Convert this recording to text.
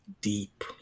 deep